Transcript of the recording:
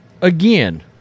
again